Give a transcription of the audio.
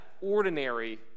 ordinary